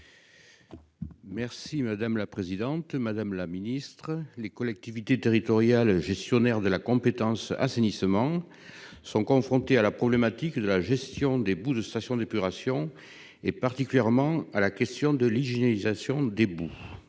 des collectivités territoriales. Les collectivités territoriales gestionnaires de la compétence assainissement sont confrontées à la problématique de la gestion des boues des stations d'épuration, particulièrement à la question de l'hygiénisation des boues.